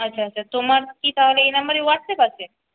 আচ্ছা আচ্ছা তোমার কি তাহলে এই নম্বরেই হোয়াটসঅ্যাপ আছে